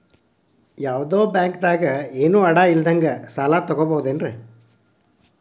ಯಾವ್ದೋ ಬ್ಯಾಂಕ್ ದಾಗ ಏನು ಅಡ ಇಲ್ಲದಂಗ ಸಾಲ ತಗೋಬಹುದೇನ್ರಿ?